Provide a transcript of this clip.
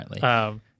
currently